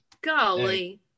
Golly